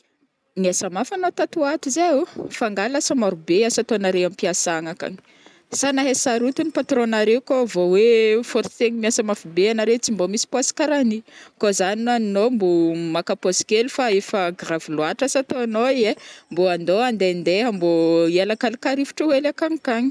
Niasa mafy anô tatoato zai ô, fa nga lasa maro be asa ataonareo ampiasagna akany? Sa nahay sarotigny patron-nare kô vô oe force-gny miasa mafy be anare tsy mbô misy pause karany, kô zany na anô mbô maka pause kely fa efa grave loatra asa ataonô i ai, mbô andôha andendeha mbô hialakalaka rivotro hely akanikany.